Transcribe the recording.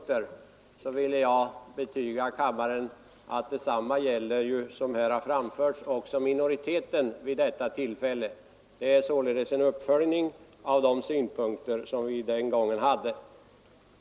Men jag vill betyga kammaren att detsamma gäller minoriteten vid detta tillfälle. Detta är således en uppföljning av de synpunkter vi hade den gången.